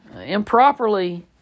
improperly